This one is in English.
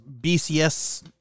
BCS